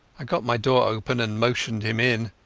i got my door open and motioned him in.